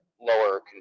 lower